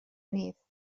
نیست